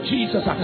Jesus